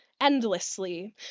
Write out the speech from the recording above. endlessly